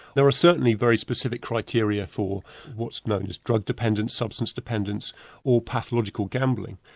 there are certainly very specific criteria for what's known as drug dependence, substance dependence or pathological gambling.